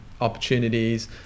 opportunities